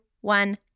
one